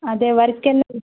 ಅದೇ ವರ್ಕೆಲ್ಲ ಇದೆ